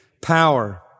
power